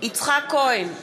יצחק כהן,